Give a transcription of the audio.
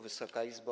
Wysoka Izbo!